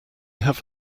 have